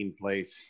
place